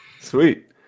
Sweet